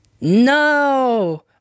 No